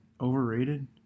overrated